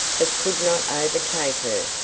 but could not overtake her.